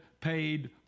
paid